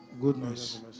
goodness